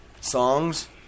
Songs